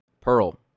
Pearl